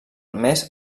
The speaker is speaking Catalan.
mes